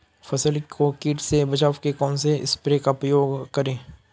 फसल को कीट से बचाव के कौनसे स्प्रे का प्रयोग करें?